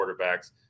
quarterbacks